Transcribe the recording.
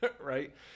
Right